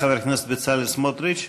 חבר הכנסת בצלאל סמוטריץ.